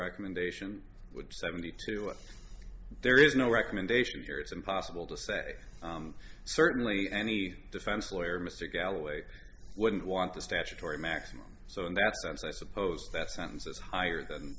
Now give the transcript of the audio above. recommendation which seventy two there is no recommendation here it's impossible to say certainly any defense lawyer mr galloway wouldn't want a statutory maximum so in that sense i suppose that sentence is higher than